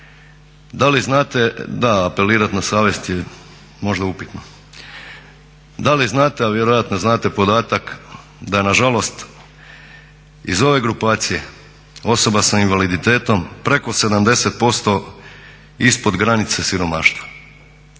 Da li znate, da apelirati na savjest je možda upitno. Da li znate, a vjerojatno znate podatak da je nažalost iz ove grupacije osoba sa invaliditetom preko 70% ispod granice siromaštva.